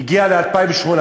היא הגיעה ל-2,800.